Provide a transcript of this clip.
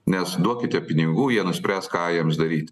nes duokite pinigų jie nuspręs ką jiems daryt